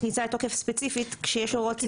כניסה לתוקף ספציפית כשיש הוראות.